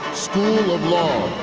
school of law